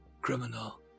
criminal